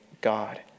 God